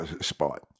spot